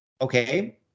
Okay